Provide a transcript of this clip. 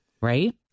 Right